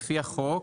לפי החוק,